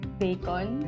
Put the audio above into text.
bacon